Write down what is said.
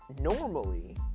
normally